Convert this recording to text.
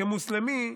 כמוסלמי,